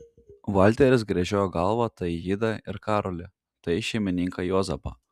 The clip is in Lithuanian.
valteris gręžiojo galvą tai į idą ir karolį tai į šeimininką juozapą